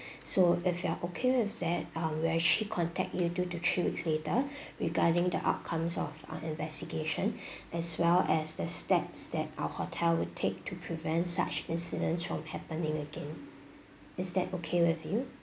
so if you are okay with that um we'll actually contact you two to three weeks later regarding the outcomes of our investigation as well as the steps that our hotel will take to prevent such incidents from happening again is that okay with you